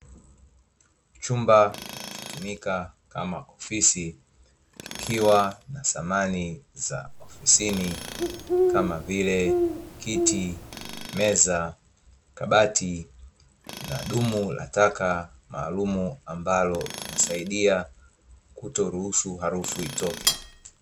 Chumba kinachotumika kama ofisi kikiwa na samani za ofisini kama vile: kiti, meza, kabati, na dumu la taka maalumu ambalo linasaidia kutoruhusu harufu itoke.